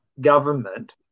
government